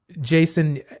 Jason